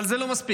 אבל זה לא מספיק.